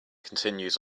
continues